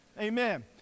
amen